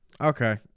Okay